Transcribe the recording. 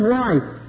life